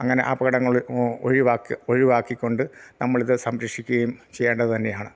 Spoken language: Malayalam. അങ്ങനെ അപകടങ്ങൾ ഒഴിവാക്കി ഒഴിവാക്കിക്കൊണ്ട് നമ്മൾ ഇത് സംരക്ഷിക്കുകയും ചെയ്യേണ്ടത് തന്നെയാണ്